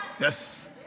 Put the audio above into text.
Yes